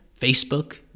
Facebook